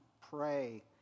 pray